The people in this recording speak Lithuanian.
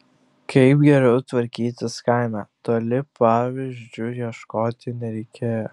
kaip geriau tvarkytis kaime toli pavyzdžių ieškoti nereikėjo